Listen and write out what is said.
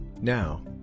Now